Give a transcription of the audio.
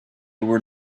were